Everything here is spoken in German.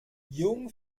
jung